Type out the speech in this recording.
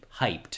hyped